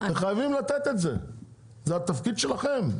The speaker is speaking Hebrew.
זה התפקיד שלכם,